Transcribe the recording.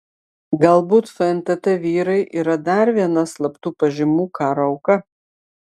galbūt fntt vyrai yra dar viena slaptų pažymų karo auka